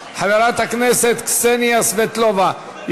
חברת הכנסת קסניה סבטלובה,